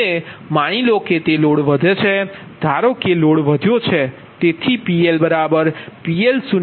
હવે માની લો કે લોડ વધે છે ધારો કે લોડ વધ્યો છે તેથી PLPL0∆PL